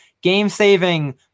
Game-saving